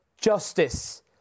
justice